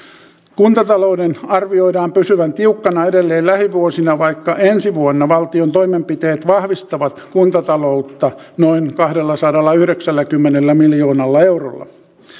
kuntatalouden arvioidaan pysyvän tiukkana edelleen lähivuosina vaikka ensi vuonna valtion toimenpiteet vahvistavat kuntataloutta noin kahdellasadallayhdeksälläkymmenellä miljoonalla eurolla